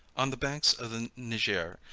on the banks of the niger,